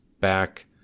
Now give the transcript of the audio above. back